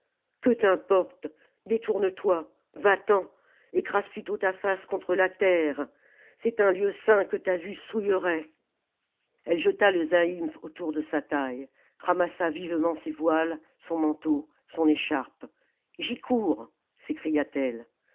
que t'importe détourne toi va t'en écrase plutôt ta face contre la terre c'est un lieu saint que ta vue souillerait elle jeta le zaïmph autour de sa taille ramassa vivement ses voiles son manteau son écharpe j'y cours